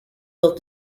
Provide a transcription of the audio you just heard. built